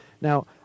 Now